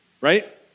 Right